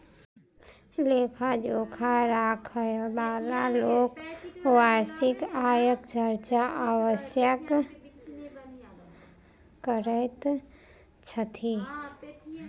लेखा जोखा राखयबाला लोक वार्षिक आयक चर्चा अवश्य करैत छथि